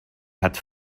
hat